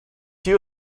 you